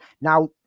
now